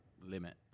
limit